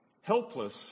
helpless